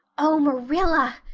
oh, marilla,